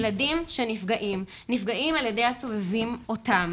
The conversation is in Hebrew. ילדים שנפגעים נפגעים על ידי הסובבים אותם.